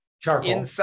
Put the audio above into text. charcoal